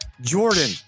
jordan